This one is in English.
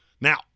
Now